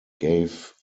gave